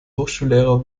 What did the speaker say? hochschullehrer